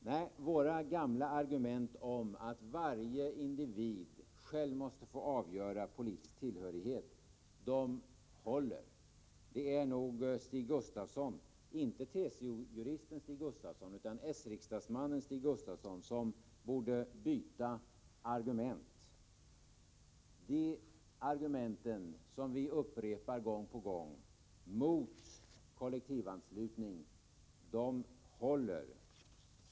Våra gamla argument, som innebär att varje individ själv måste få avgöra politisk tillhörighet, håller. Det är nog Stig Gustafsson — inte TCO-juristen Stig Gustafsson, utan s-riksdagsmannen Stig Gustafsson — som borde byta argument. De argument mot kollektivanslutning som vi upprepar gång på gång är argument som håller.